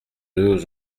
deux